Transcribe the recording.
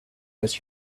what